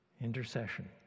intercession